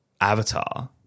Avatar